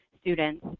students